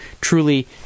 truly